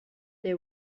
they